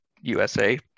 USA